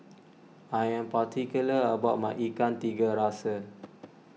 I am particular about my Ikan Tiga Rasa